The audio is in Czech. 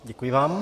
Děkuji vám.